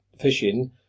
fishing